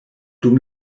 dum